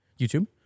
YouTube